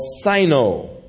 Sino